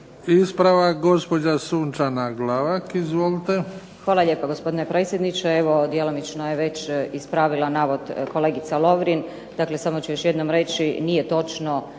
Ispravak gospođa Neda Klarić, izvolite.